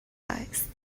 است